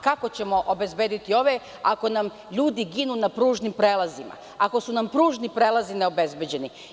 Kako ćemo obezbediti ove ako nam ljudi ginu na pružnim prelazima, ako su nam pružni prelazi neobezbeđeni?